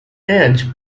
edge